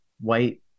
white